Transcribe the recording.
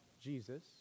Jesus